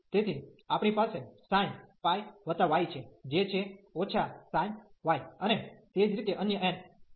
તેથી આપણી પાસે sinπ y છે જે છે sin y અને તે જ રીતે અન્ય n